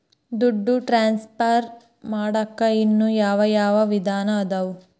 ದುಡ್ಡು ಟ್ರಾನ್ಸ್ಫರ್ ಮಾಡಾಕ ಇನ್ನೂ ಯಾವ ಯಾವ ವಿಧಾನ ಅದವು?